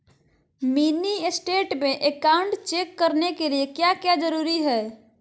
Mini state में account check करने के लिए क्या क्या जरूरी है?